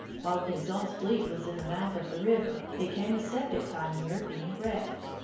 while pinzon's fleet was in the mouth of the river, it came a second time near being wrecked.